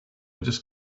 just